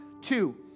Two